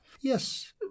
Yes